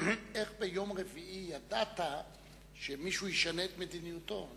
איך ביום רביעי ידעת שמישהו ישנה את מדיניותו?